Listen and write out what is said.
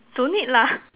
don't need lah